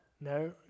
no